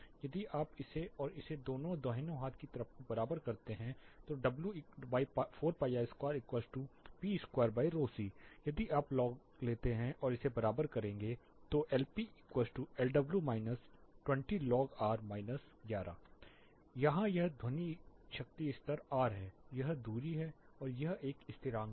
यदि आप इसे और इसे दोनों दाहिने हाथ तरफ को बराबर करते हैं तो W4r2p2C यदि आप लॉग लेते हैं और इसे बराबर करेंगे LpLw 20logr 11 यहाँ यह एक ध्वनि शक्ति स्तर r है यह दूरी है और यह एक स्थिरांक है